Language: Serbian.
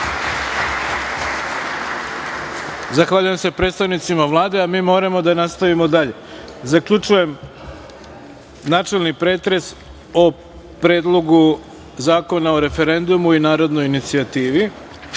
zahvaljujem se predstavnicima Vlade, a mi moramo da nastavimo dalje. Zaključujem načelni pretres o Predlogu zakona o referendumu i narodnoj inicijativi. Saglasno